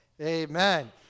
Amen